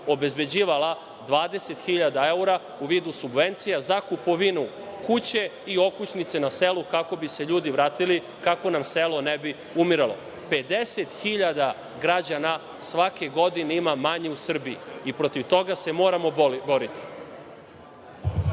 obezbeđivala 20.000 evra u vidu subvencija za kupovinu kuće i okućnice na selu, kako bi se ljudi vratili, kako nam selo ne bi umiralo, 50.000 građana svake godine ima manje u Srbiji i protiv toga se moramo boriti.